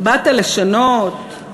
באת לשנות?